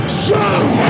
strong